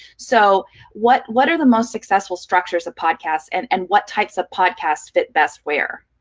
so what what are the most successful structures of podcasts, and and what types of podcasts fit best where?